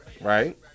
right